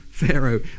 Pharaoh